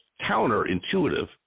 counterintuitive